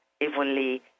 evenly